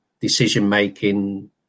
decision-making